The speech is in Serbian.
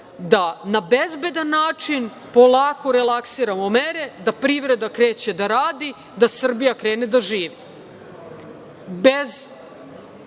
da na bezbedan način polako relaksiramo mere, da privreda kreće da radi, da Srbija krene da živi